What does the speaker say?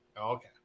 Okay